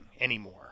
anymore